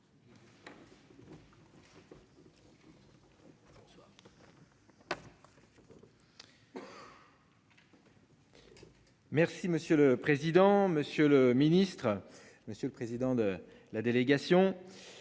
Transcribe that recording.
Merci monsieur le président, Monsieur le Ministre. Monsieur le président de la délégation.